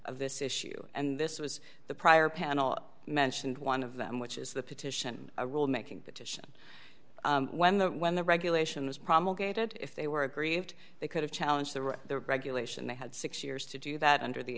of this issue and this was the prior panel mentioned one of them which is the petition rule making petition when the when the regulation was promulgated if they were aggrieved they could have challenge the regulation they had six years to do that under the